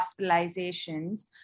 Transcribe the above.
hospitalizations